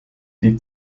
die